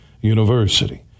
University